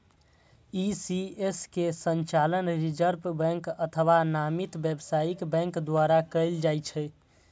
ECS के संचालन reserve bank अथवा नामित व्यावसायिक बैंक द्वारा कैल जाइ छै